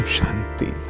Shanti